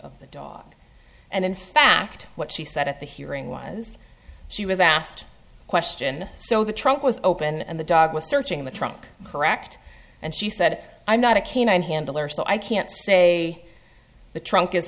of the dog and in fact what she said at the hearing was she was asked a question so the trunk was open and the dog was searching the trunk correct and she said i'm not a canine handler so i can't say the trunk is